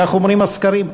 כך אומרים הסקרים,